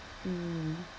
mm